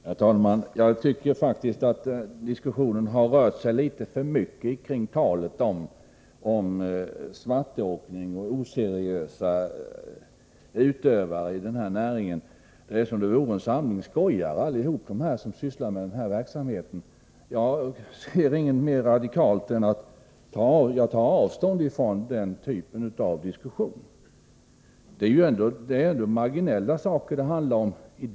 Herr talman! Jag tycker faktiskt att diskussionen har rört sig litet för mycket kring talet om svartåkning och oseriösa utövare av denna näring. Det låter som om alla som sysslar med denna verksamhet vore en samling skojare. Jag tar avstånd från denna typ av diskussion. Det är ju ändå marginella företeelser det handlar om.